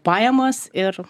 pajamas ir